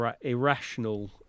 irrational